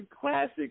classic